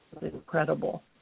incredible